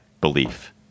belief